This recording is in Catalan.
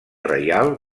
reial